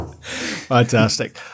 Fantastic